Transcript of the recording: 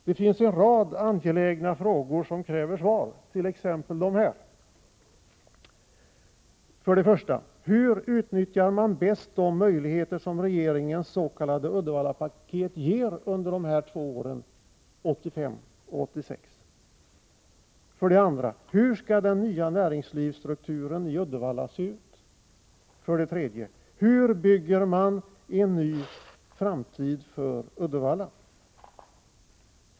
Det finns en lång rad angelägna frågor som kräver svar, t.ex. de här: 1. Hur utnyttjar man bäst de möjligheter som regeringens s.k. Uddevallapaket ger under 1985 och 1986? 2. Hur skall den nya näringslivsstrukturen i Uddevalla se ut? 3. Hur bygger man en ny framtid för Uddevalla?